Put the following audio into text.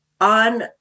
on